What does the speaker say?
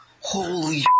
holy